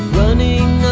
running